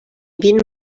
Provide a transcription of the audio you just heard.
vin